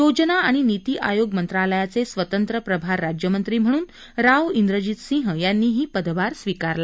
योजना आणि नीती आयोग मंत्रालयाचे स्वतंत्र प्रभार राज्यमंत्री म्हणून राव इंद्रजीतसिंह यांनीही आज पदभार स्वीकारला